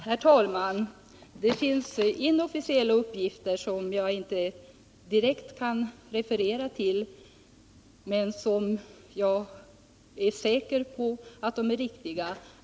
Herr talman! Det finns inofficiella uppgifter som jag inte direkt kan referera till men som jag är säker på är riktiga.